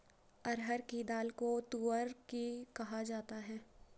अरहर की दाल को तूअर भी कहा जाता है